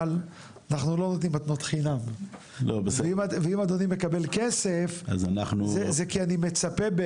אנחנו לא נותנים מתנות חינם ואם אדוני מקבל כסף זה כי אני מצפה,